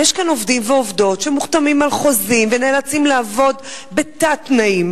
יש עובדים ועובדות שמוחתמים על חוזים ונאלצים לעבוד בתת-תנאים,